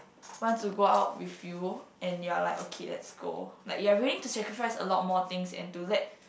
wants to go out with you and you're like okay let's go like you're willing to sacrifice a lot more things and to let